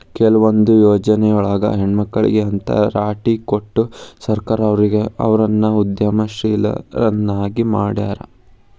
ಕೆಲವೊಂದ್ ಯೊಜ್ನಿಯೊಳಗ ಹೆಣ್ಮಕ್ಳಿಗೆ ಅಂತ್ ರಾಟಿ ಕೊಟ್ಟು ಸರ್ಕಾರ ಅವ್ರನ್ನ ಉದ್ಯಮಶೇಲ್ರನ್ನಾಗಿ ಮಾಡ್ಯಾರ